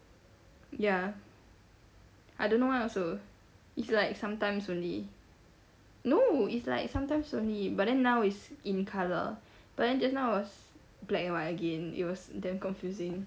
ya I don't know why also it's like sometimes only no it's like sometimes only but then now it's in colour but then just now it was black and white again it was damn confusing